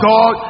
God